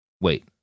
Wait